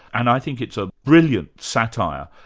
and i think it's a brilliant satire,